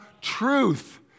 truth